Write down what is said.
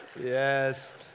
Yes